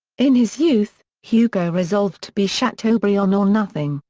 in his youth, hugo resolved to be chateaubriand or nothing,